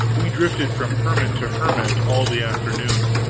we drifted from hermit to hermit all the afternoon.